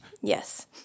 Yes